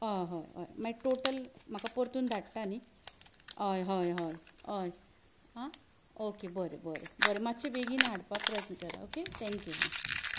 हय टोटल म्हाका परतून धाडटा न्हय हय हय हय हय आं ओके बरें बरें बरें मात्शे बेगीन हाडपा प्रयत्न करा ओके थँक्यू आं